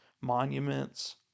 monuments